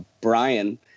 Brian